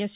yes